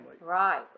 Right